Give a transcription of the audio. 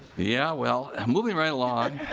yeah well moving right along.